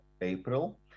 April